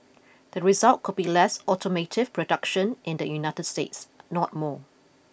the result could be less automotive production in the United States not more